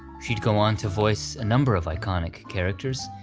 she'd go on to voice a number of iconic characters,